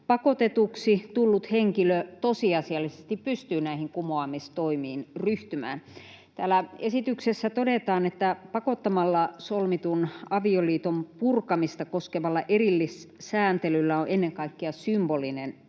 pakotetuksi tullut henkilö tosiasiallisesti pystyy näihin kumoamistoimiin ryhtymään. Täällä esityksessä todetaan, että pakottamalla solmitun avioliiton purkamista koskevalla erillissääntelyllä on ennen kaikkea symbolinen